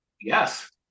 yes